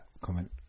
comment